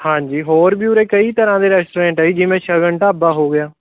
ਹਾਂਜੀ ਹੋਰ ਵੀ ਉਰੇ ਕਈ ਤਰ੍ਹਾਂ ਦੇ ਰੈਸਟੋਰੈਂਟ ਆ ਜੀ ਜਿਵੇਂ ਸ਼ਗਨ ਢਾਬਾ ਹੋ ਗਿਆ